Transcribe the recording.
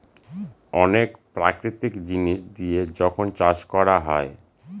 অনেক প্রাকৃতিক জিনিস দিয়ে যখন চাষ করা হয়